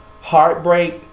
heartbreak